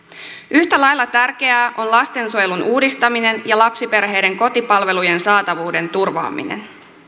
yhtä lailla tärkeää on lastensuojelun uudistaminen ja lapsiperheiden kotipalvelujen saatavuuden turvaaminen